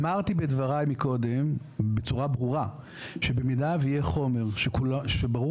אמרתי בדבריי קודם בצורה ברורה שבמידה שיהיה חומר שברור